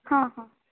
ହଁ ହଁ